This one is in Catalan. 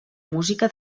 música